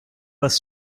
was